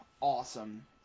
awesome